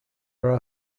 are